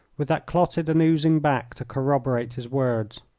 with that clotted and oozing back to corroborate his words.